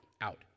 out